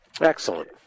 Excellent